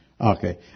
Okay